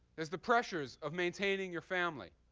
there's the pressures of maintaining your family